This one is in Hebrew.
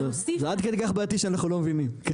זה עד כדי כך בעייתי שאנחנו לא מבינים.